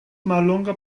mallonga